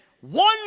one